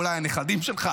אולי הנכדים שלך,